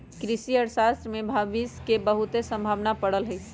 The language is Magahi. कृषि अर्थशास्त्र में भविश के बहुते संभावना पड़ल हइ